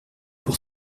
pour